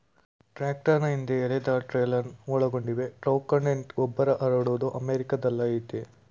ಟ್ರಾಕ್ಟರ್ನ ಹಿಂದೆ ಎಳೆದಟ್ರೇಲರ್ನ ಒಳಗೊಂಡಿದೆ ಟ್ರಕ್ಮೌಂಟೆಡ್ ಗೊಬ್ಬರಹರಡೋದು ಅಮೆರಿಕಾದಲ್ಲಯತೆ